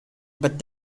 but